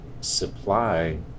supply